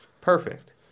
Perfect